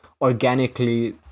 organically